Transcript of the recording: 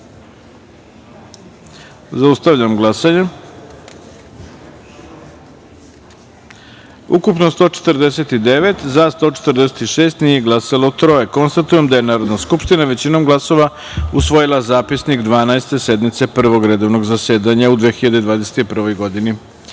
taster. Zaustavljam glasanje: ukupno - 149, za – 146, nije glasalo - troje. Konstatujem da je Narodna skupština većinom glasova usvojila Zapisnik 12. sednice Prvog redovnog zasedanja u 2021.